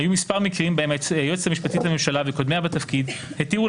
היו מספר מקרים שבהם היועצת המשפטית לממשלה וקודמיה בתפקיד התירו